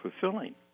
fulfilling